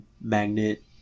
magnet